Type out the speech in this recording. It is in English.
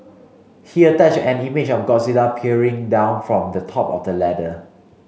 he attached an image of Godzilla peering down from the top of the ladder